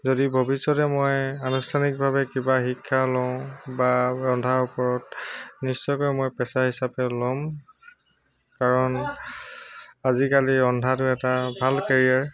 যদি ভৱিষ্যতে মই আনুষ্ঠানিকভাৱে কিবা শিক্ষা লওঁ বা ৰন্ধাৰ ওপৰত নিশ্চয়কৈ মই পেচা হিচাপে লম কাৰণ আজিকালি ৰন্ধাটো এটা ভাল কেৰিয়াৰ